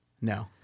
No